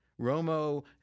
Romo